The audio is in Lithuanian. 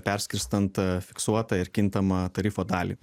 perskirstant a fiksuotą ir kintamą tarifo dalį